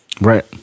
Right